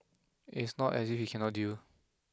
and it's not as if he cannot deal